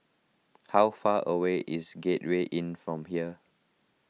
how far away is Gateway Inn from here